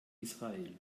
israel